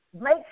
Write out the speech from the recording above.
make